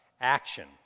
Action